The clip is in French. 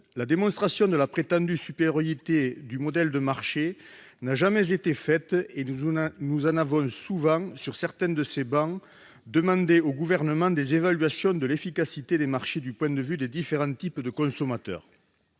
la démonstration de la prétendue supériorité du modèle de marché n'a jamais été faite et nous avons souvent demandé au Gouvernement, sur certaines de nos travées, des évaluations de l'efficacité des marchés du point de vue des différents types de consommateurs.